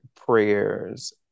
prayers